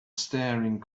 staring